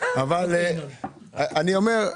אני אומר,